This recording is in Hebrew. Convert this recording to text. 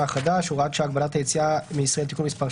החדש (הוראת שעה) (הגבלת היציאה מישראל) (תיקיו מס,